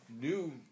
New